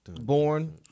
born